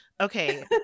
okay